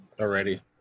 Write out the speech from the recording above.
Already